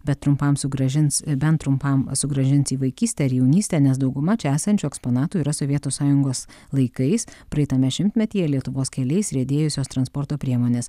bet trumpam sugrąžins bent trumpam sugrąžins į vaikystę ir jaunystę nes dauguma čia esančių eksponatų yra sovietų sąjungos laikais praeitame šimtmetyje lietuvos keliais riedėjusios transporto priemonės